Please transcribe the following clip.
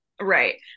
right